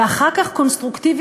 ואחר כך קונסטרוקטיבית